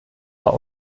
war